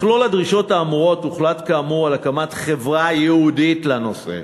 מכלל הדרישות האמורות הוחלט כאמור על הקמת חברה ייעודית לנושא